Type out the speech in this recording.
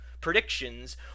predictions